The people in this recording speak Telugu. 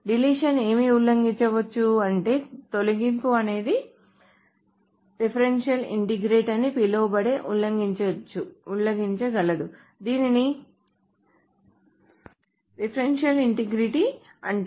డిలీషన్ ఏమి ఉల్లంఘించగలదు అంటే తొలగింపు అనేది రిఫరెన్షియల్ ఇంటెగ్రిటీ అని పిలవబడేదాన్ని ఉల్లంఘించగలదు దీనిని రిఫరెన్షియల్ ఇంటెగ్రిటీ అంటారు